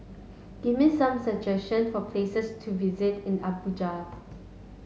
give me some suggestion for places to visit in Abuja